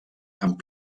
amb